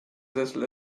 sessel